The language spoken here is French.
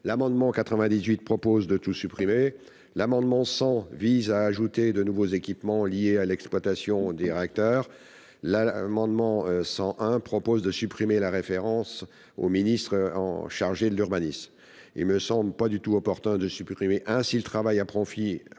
L'amendement n° 98 vise à tout supprimer. L'amendement n° 100 tend à ajouter de nouveaux équipements liés à l'exploitation des réacteurs et l'amendement n° 101 rectifié à retirer la référence au ministre chargé de l'urbanisme. Il ne me semble pas du tout opportun d'écarter ainsi le travail approfondi